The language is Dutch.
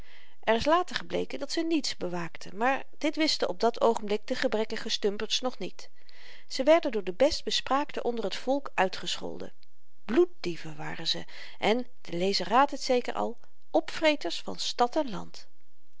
er is later gebleken dat ze niets bewaakten maar dit wisten op dat oogenblik de gebrekkige stumperts nog niet ze werden door de bestbespraakten onder t volk uitgescholden bloeddieven waren ze en de lezer raadt het zeker al opvreters van